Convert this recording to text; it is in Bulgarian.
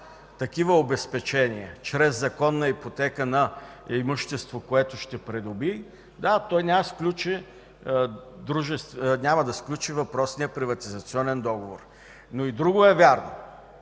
такива обезпечения чрез законна ипотека на имущество, което ще придобие – да, той няма да сключи въпросния приватизационен договор. Но и друго е вярно.